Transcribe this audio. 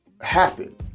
happen